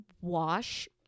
wash